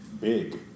big